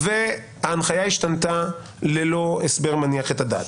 וההנחיה השתנתה ללא הסבר מניח את הדעת.